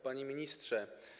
Panie Ministrze!